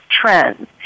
trends